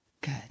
Good